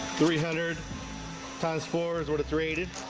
three hundred times four is worth reiated